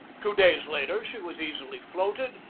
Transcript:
two days later she was easily floated,